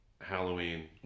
Halloween